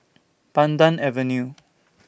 Pandan Avenue